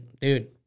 dude